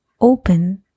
Open